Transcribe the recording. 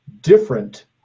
different